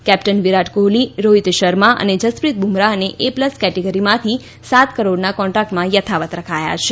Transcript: captain Virat Kohli Rohit Sharma અને જસપ્રિત બુમરાહને A plus કેટેગરીમાં સાત કરોડના કોન્ટ્રાકટમાં યથાવત્ રખાયા છે